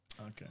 Okay